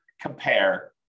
compare